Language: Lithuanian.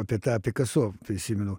apie tą pikaso prisimenu